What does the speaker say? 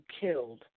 killed